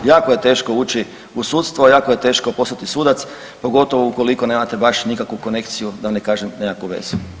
Jako je teško ući u sudstvo, jako je teško postati sudac pogotovo ukoliko nemate nikakvu konekciju da ne kažem nekakvu vezu.